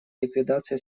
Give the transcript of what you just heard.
ликвидации